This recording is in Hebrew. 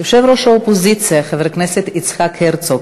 יושב-ראש האופוזיציה חבר הכנסת יצחק הרצוג.